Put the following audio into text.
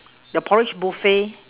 the porridge buffet